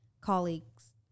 colleagues